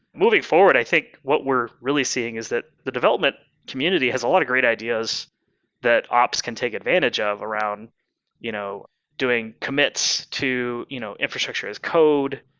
moving forward, i think what we're really seeing is that the development community has a lot of great ideas that ops can take advantage of around you know doing commits to you know infrastructure as code,